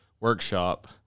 workshop